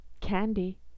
candy